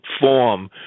form